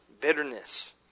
bitterness